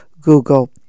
Google